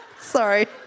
Sorry